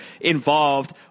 involved